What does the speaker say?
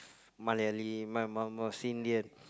my mum was Indian